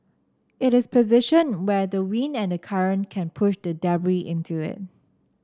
it is positioned where the wind and the current can push the debris into it